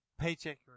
paycheck